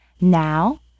Now